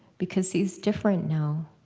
because he's different now,